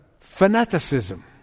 fanaticism